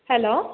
hello